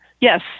Yes